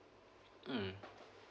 mm